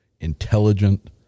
intelligent